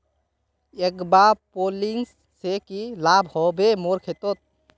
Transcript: aquaponics से की लाभ ह बे मोर खेतोंत